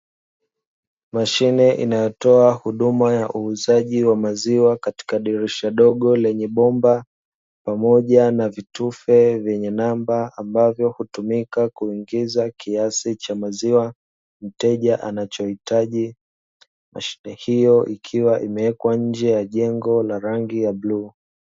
Mashine inayotoa huduma ya uuzaji wa maziwa katika dirisha dogo lenye bomba, pamoja na vitufe vyenye namba ambavyo hutumika kuingiza kiasi cha maziwa, mteja anachohitaji. Mashine hiyo ikiwa imewekwa nje ya jengo la rangi ya bluu.